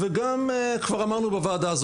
ואמרנו בוועדה,